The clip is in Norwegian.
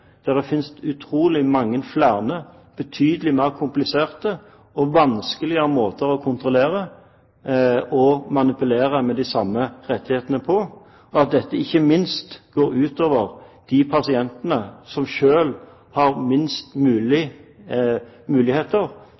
der det finnes utrolig mange flere, betydelig mer kompliserte og vanskeligere måter å kontrollere og manipulere de samme rettighetene på, og at dette ikke går ut over de pasientene som selv har minst muligheter